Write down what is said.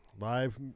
Live